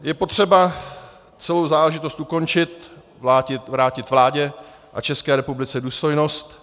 Je potřeba celou záležitost ukončit, vrátit vládě a České republice důstojnost.